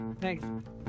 thanks